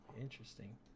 Interesting